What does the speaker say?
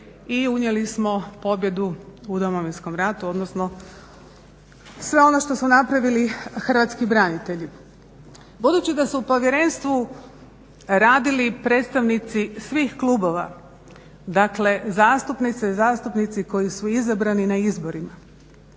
i unijeli smo pobjedu u Domovinskom ratu, odnosno sve ono što su napravili hrvatski branitelji. Budući da su u povjerenstvu radili predstavnici svih klubova, dakle zastupnice i zastupnici koji su izabrani na izborima,